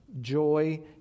joy